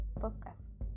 podcast